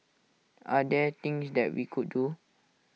are there things that we could do